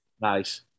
Nice